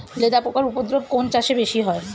লেদা পোকার উপদ্রব কোন চাষে বেশি হয়?